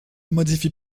modifie